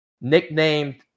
nicknamed